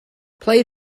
play